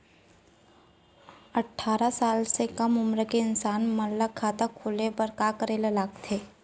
अट्ठारह साल से कम उमर के इंसान मन ला खाता खोले बर का करे ला लगथे?